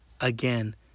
Again